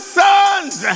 sons